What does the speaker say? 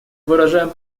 выражаем